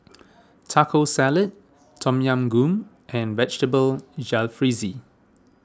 Taco Salad Tom Yam Goong and Vegetable Jalfrezi